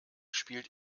spielt